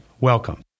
welcome